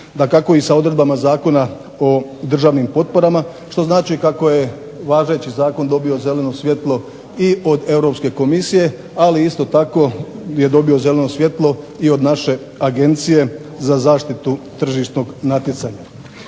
Dakako i sa odredbama Zakona o državnim potporama, što znači kako je važeći zakon dobio zeleno svijetlo i od Europske Komisije, ali isto tako je dobio zeleno svijetlo i od naše Agencije za zaštitu tržišnog natjecanja.